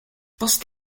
post